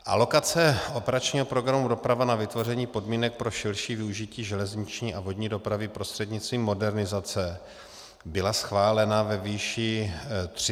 Alokace operačního programu Doprava na vytvoření podmínek pro širší využití železniční a vodní dopravy prostřednictvím modernizace byla schválena ve výši 300 mil. eur.